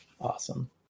awesome